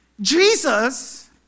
Jesus